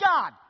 God